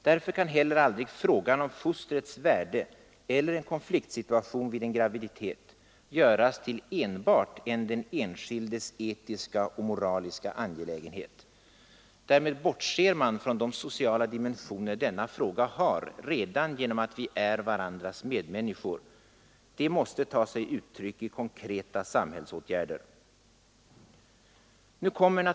Därför kan heller aldrig frågan om fostrets värde eller en konfliktsituation vid en graviditet göras till enbart en den enskildes etiska och moraliska angelägenhet. Därmed bortser man från de sociala dimensioner denna fråga har redan genom att vi är varandras medmänniskor. Det måste ta sig uttryck i konkreta samhällsåtgärder.